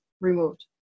removed